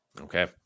okay